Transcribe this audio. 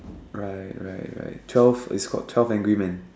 right right right twelve it's called twelve angry man